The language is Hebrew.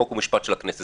חוק ומשפט של הכנסת.